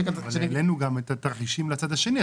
העלנו גם את התרחישים לצד השני.